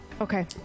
Okay